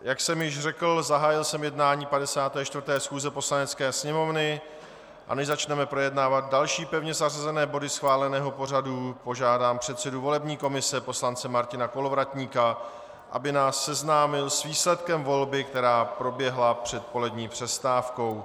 Jak jsem již řekl, zahájil jsem jednání 54. schůze Poslanecké sněmovny, a než začneme projednávat další pevně zařazené body schváleného pořadu, požádám předsedu volební komise poslance Martina Kolovratníka, aby nás seznámil s výsledkem volby, která proběhla před polední přestávkou.